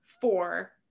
four